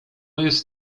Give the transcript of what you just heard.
jest